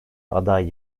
aday